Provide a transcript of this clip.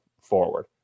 forward